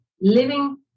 living